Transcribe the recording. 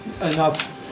enough